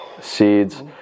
seeds